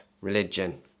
religion